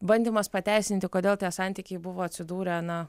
bandymas pateisinti kodėl tie santykiai buvo atsidūrę na